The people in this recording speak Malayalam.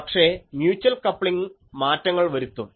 പക്ഷേ മ്യൂച്ചൽ കപ്ലിംഗ് മാറ്റങ്ങൾ വരുത്തും